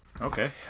okay